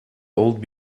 old